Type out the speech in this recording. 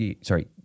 Sorry